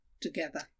together